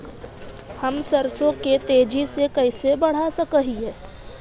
हम सरसों के तेजी से कैसे बढ़ा सक हिय?